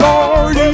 Lord